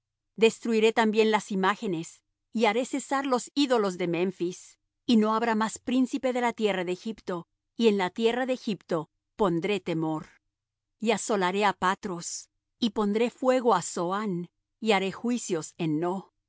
destruiré también las imágenes y haré cesar los ídolos de memphis y no habrá más príncipe de la tierra de egipto y en la tierra de egipto pondré temor y asolaré á patros y pondré fuego á zoán y haré juicios en no